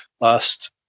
last